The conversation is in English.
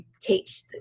teach